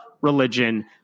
religion